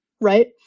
right